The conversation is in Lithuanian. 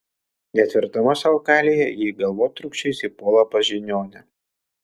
netverdama savo kailyje ji galvotrūkčiais įpuola pas žiniuonę